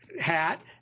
hat